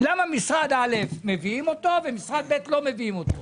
למה מביאים את משרד א' ולא מביאים את משרד ב'?